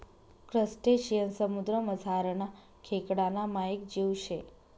crustacean समुद्रमझारना खेकडाना मायेक जीव शे